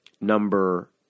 number